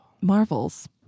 Marvels